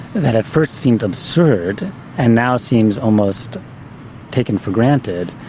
that at first seemed absurd and now seems almost taken for granted,